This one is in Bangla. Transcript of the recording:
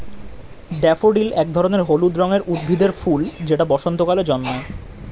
ড্যাফোডিল এক ধরনের হলুদ রঙের উদ্ভিদের ফুল যেটা বসন্তকালে জন্মায়